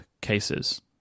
cases